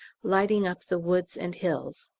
lighting up the woods and hills.